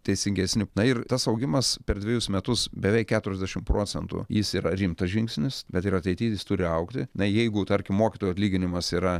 teisingesni na ir tas augimas per dvejus metus beveik keturiasdešimt procentų jis yra rimtas žingsnis bet ir ateity jis turi augti na jeigu tarkim mokytojo atlyginimas yra